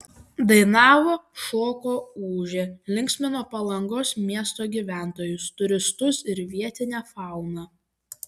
dainavo šoko ūžė linksmino palangos miesto gyventojus turistus ir vietinę fauną